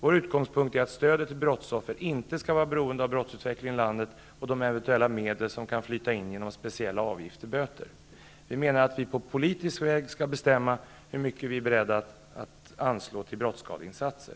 Vår utgångspunkt är att stödet till brottsoffer inte skall vara beroende av brottsutvecklingen i landet och de eventuella medel som kan flyta in genom speciella avgifter eller böter. Vi menar att vi på politisk väg skall bestämma hur mycket vi är beredda att anslå till brottskadeinsatser.